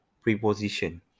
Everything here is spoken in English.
preposition